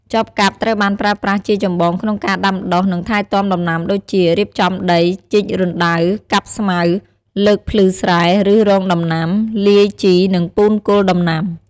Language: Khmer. ចបកាប់ត្រូវបានប្រើប្រាស់ជាចម្បងក្នុងការដាំដុះ និងថែទាំដំណាំដូចជា រៀបចំដី ជីករណ្តៅ កាប់ស្មៅ លើកភ្លឺស្រែ ឬ រងដំណាំ លាយជីនិងពូនគល់ដំណាំ។